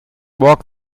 walk